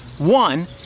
One